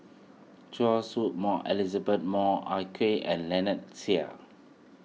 Choy Su Moi Elizabeth Moi Ah Kay and Lynnette Seah